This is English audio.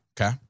Okay